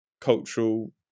cultural